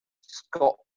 Scott